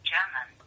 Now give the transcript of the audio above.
German